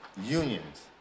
unions